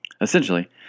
Essentially